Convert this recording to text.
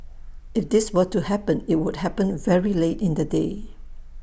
if this were to happen IT would happen very late in the day